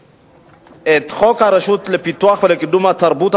לדחות את חוק הרשות לפיתוח ולקידום התרבות,